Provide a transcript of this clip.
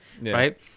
right